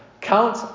Count